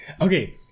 Okay